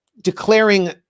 declaring